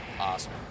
Awesome